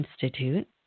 Institute